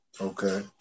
Okay